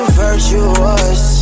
virtuous